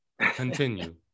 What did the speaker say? Continue